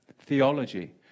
theology